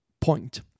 point